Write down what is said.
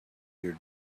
your